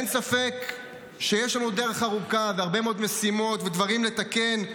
אין ספק שיש לנו דרך ארוכה והרבה מאוד משימות ודברים לתקן,